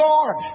Lord